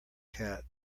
cat